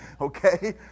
Okay